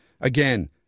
again